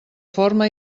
forma